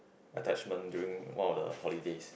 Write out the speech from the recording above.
attachment during one of the holidays